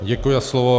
Děkuji za slovo.